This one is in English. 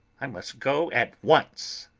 i must go at once.